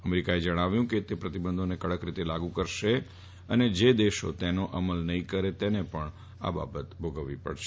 અમેરિકાએ જણાવ્યું કે તે પ્રતિબંધોને કડક રીતે લાગુ કરશે અને જે દેશો તેનો અમલ નફીં કરે તેને પણ આ બાબત ભોગવવી પડશે